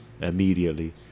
immediately